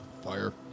Fire